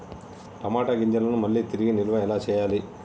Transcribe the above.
టమాట గింజలను మళ్ళీ తిరిగి నిల్వ ఎలా చేయాలి?